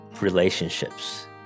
relationships